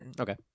okay